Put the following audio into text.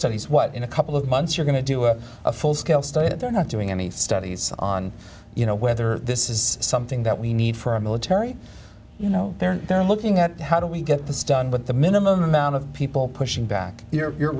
studies what in a couple of months you're going to do a full scale study that they're not doing any studies on you know whether this is something that we need for our military you know they're they're looking at how do we get this done but the minimum amount of people pushing back you know you're